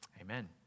Amen